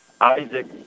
Isaac